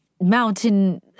mountain